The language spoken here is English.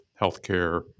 healthcare